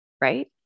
right